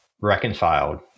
reconciled